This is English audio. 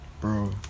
Bro